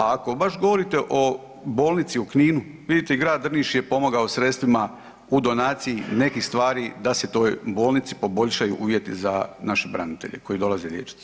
A ako baš govorite o bolnici u Kninu, vidite grad Drniš je pomogao sredstvima u donaciji nekih stvari da se toj bolnici poboljšaju uvjeti za naše branitelje koji dolaze liječit se.